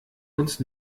uns